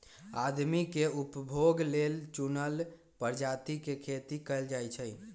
आदमी के उपभोग लेल चुनल परजाती के खेती कएल जाई छई